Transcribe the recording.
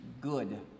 good